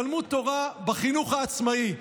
תלמוד תורה בחינוך העצמאי,